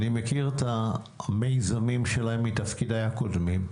אני מכיר את המיזמים שלהם מתפקידיי הקודמים.